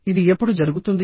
ఇది ఎప్పుడు జరుగుతుంది